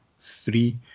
three